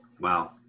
Wow